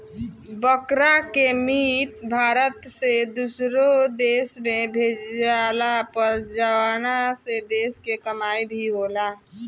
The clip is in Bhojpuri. बकरा के मीट भारत से दुसरो देश में भेजाला पर जवना से देश के कमाई भी होला